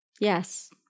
Yes